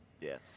yes